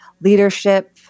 leadership